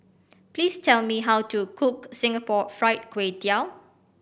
please tell me how to cook Singapore Fried Kway Tiao